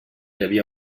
havia